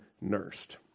nursed